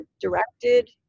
directed